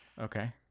Okay